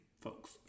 folks